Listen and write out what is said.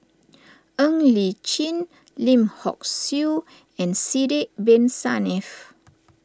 Ng Li Chin Lim Hock Siew and Sidek Bin Saniff